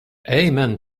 amen